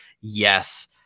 Yes